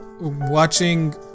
watching